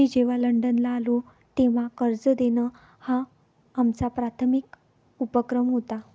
मी जेव्हा लंडनला आलो, तेव्हा कर्ज देणं हा आमचा प्राथमिक उपक्रम होता